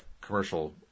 commercial